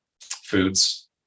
foods